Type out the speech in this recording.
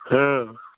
ହଁ